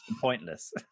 Pointless